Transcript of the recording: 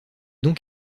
donc